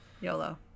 YOLO